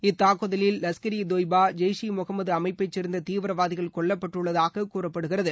இத்தாக்குதலில் லஷ்கர் இ தொய்பா ஜெய்ஷ் இ முகமது அமைப்பைச் சேர்ந்த தீவிரவாதிகள் கொல்லப்பட்டுள்ளதாக கூறப்படுகிறது